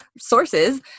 sources